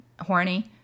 horny